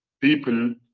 people